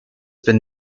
been